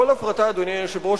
אדוני היושב-ראש,